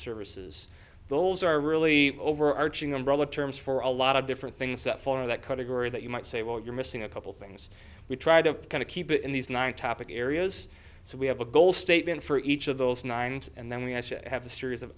services those are really overarching umbrella terms for a lot of different things that fall into that category that you might say well you're missing a couple things we tried to kind of keep it in these nine topic areas so we have a goal statement for each of those nine and and then we actually have a series of